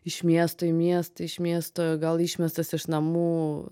iš miesto į miestą iš miesto gal išmestas iš namų